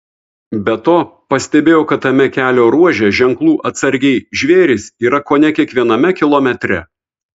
be to pastebėjau kad tame kelio ruože ženklų atsargiai žvėrys yra kone kiekviename kilometre